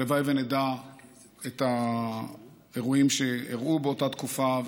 הלוואי שנדע על האירועים שאירעו באותה תקופה,